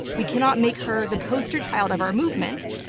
we cannot make her the poster child of our movement.